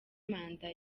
manda